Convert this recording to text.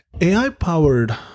AI-powered